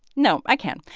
no, i can.